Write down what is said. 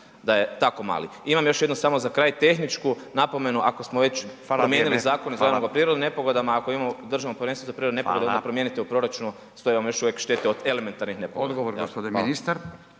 da je tako mali. Imam još jednu samo za kraj tehničku napomenu, ako smo već promijenili …/Upadica: Hvala lijepo, hvala/… zakon o prirodnim nepogodama, ako imamo Državno povjerenstvo za prirodne nepogode, onda promijenite u proračunu, stoje vam još uvijek štete od elementarnih nepogoda. **Radin, Furio